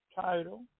title